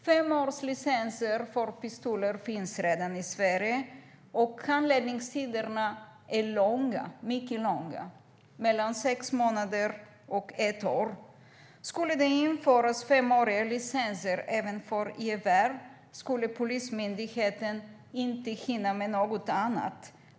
Femårslicenser för pistoler finns redan i Sverige, och handläggningstiderna är mycket långa, mellan sex månader och ett år. Om det skulle det införas femåriga licenser även för gevär skulle Polismyndigheten inte hinna med något annat.